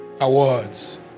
awards